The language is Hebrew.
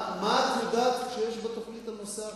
מה את יודעת שיש בתוכנית על נושא ההרחקה?